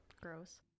gross